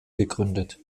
gegründet